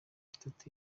itatu